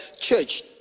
church